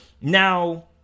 Now